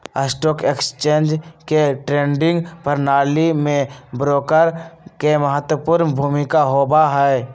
stock exchange के trading प्रणाली में ब्रोकर के महत्वपूर्ण भूमिका होबा हई